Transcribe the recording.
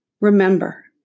remember